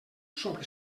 sobre